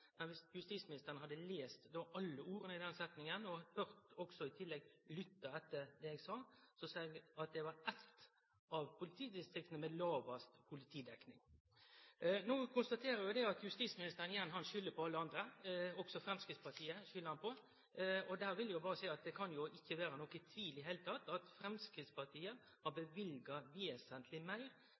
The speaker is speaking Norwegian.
justisministeren hadde lese alle orda i den setninga og i tillegg hadde lytta til det eg sa, hadde han visst at eg sa at det var eitt av politidistrikta med lågast politidekning. Eg konstaterer at justisministeren igjen skuldar på alle andre, også på Framstegspartiet. Der vil eg berre seie at det ikkje kan vere nokon tvil i det heile om at Framstegspartiet har løyvd vesentleg meir